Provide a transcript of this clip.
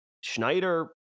Schneider